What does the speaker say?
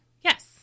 Yes